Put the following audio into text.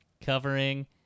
covering